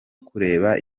kureba